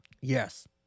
Yes